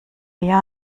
wir